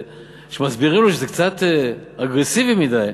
כשמסבירים לו שזה קצת אגרסיבי מדי,